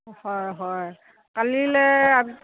হয় হয় কালিলৈ